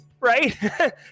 right